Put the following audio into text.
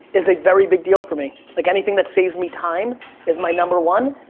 is a very big deal for me, like, anything that saves me time is my number one.